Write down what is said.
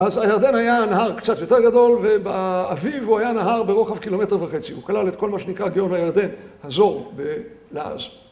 אז הירדן היה נהר קצת יותר גדול, ובאביב הוא היה נהר ברוחב קילומטר וחצי. הוא כלל את כל מה שנקרא גאון הירדן, הזור בלעז.